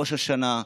ראש השנה,